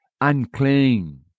unclean